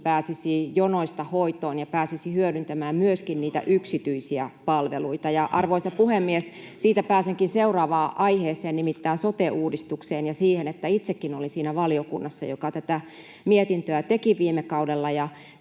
pääsisi jonoista hoitoon ja pääsisi hyödyntämään myöskin niitä yksityisiä palveluita. Arvoisa puhemies! Siitä pääsenkin seuraavaan aiheeseen, nimittäin sote-uudistukseen ja siihen, että itsekin olin siinä valiokunnassa, joka tätä mietintöä teki viime kaudella.